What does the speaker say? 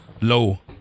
low